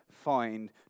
find